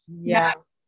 Yes